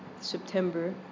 September